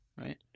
Right